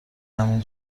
همین